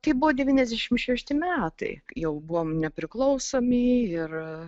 tai buvo devyniasdešim šešti metai jau buvom nepriklausomi ir